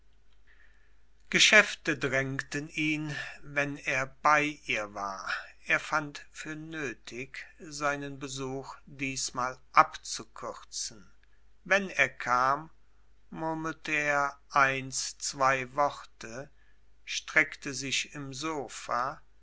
geschäfte drängten ihn wenn er bei ihr war er fand für nötig seinen besuch diesmal abzukürzen wenn er kam murmelte er eins zwei worte streckte sich im sofa